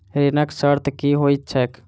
ऋणक शर्त की होइत छैक?